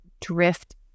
drift